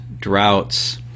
droughts